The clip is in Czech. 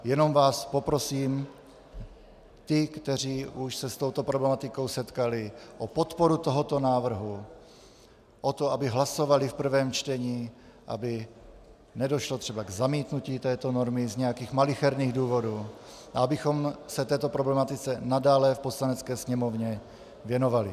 Jenom poprosím ty, kteří už se s touto problematikou setkali, o podporu tohoto návrhu, o to, aby hlasovali v prvém čtení, aby nedošlo třeba k zamítnutí této normy z nějakých malicherných důvodů a abychom se této problematice nadále v Poslanecké sněmovně věnovali.